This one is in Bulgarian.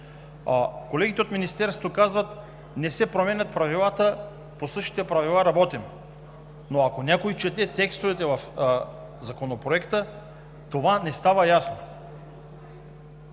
Колегите от Министерството казват: „Не се променят правилата. По същите правила работим“. Ако някой чете обаче текстовете в Законопроекта, това не става ясно.